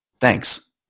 thanks